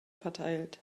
verteilt